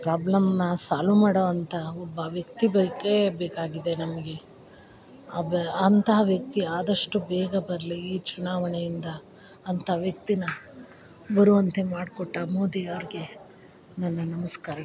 ಪ್ರಾಬ್ಲಮ್ನ ಸಾಲು ಮಾಡುವಂಥ ಒಬ್ಬ ವ್ಯಕ್ತಿ ಬೇಕು ಬೇಕಾಗಿದೆ ನಮಗೆ ಅಬ್ ಅಂತಹ ವ್ಯಕ್ತಿ ಆದಷ್ಟು ಬೇಗ ಬರಲಿ ಈ ಚುನಾವಣೆಯಿಂದ ಅಂಥ ವ್ಯಕ್ತಿ ಬರುವಂತೆ ಮಾಡಿಕೊಟ್ಟ ಮೋದಿಯವರಿಗೆ ನನ್ನ ನಮಸ್ಕಾರಗಳು